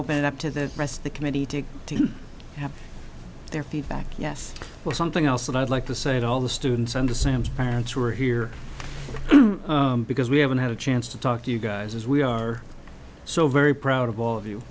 open it up to the rest of the committee to have their feedback yes well something else that i'd like to say to all the students under sam's parents who are here because we haven't had a chance to talk to you guys as we are so very proud of all of you